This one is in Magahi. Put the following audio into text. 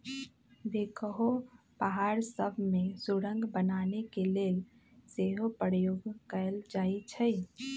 बैकहो पहाड़ सभ में सुरंग बनाने के लेल सेहो प्रयोग कएल जाइ छइ